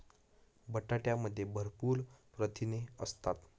बटाट्यामध्ये भरपूर प्रथिने असतात